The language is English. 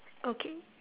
okay